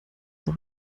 noch